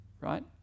right